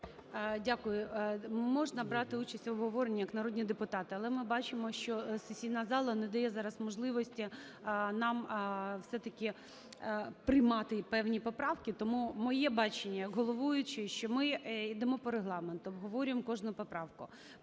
Дякую. Можна брати участь в обговоренні як народні депутати, але ми бачимо, що сесійна зала не дає зараз можливості нам все-таки приймати і певні поправки. Тому моє бачення як головуючої, що ми йдемо по Регламенту, обговорюємо кожну поправку,